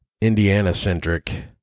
Indiana-centric